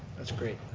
that's great,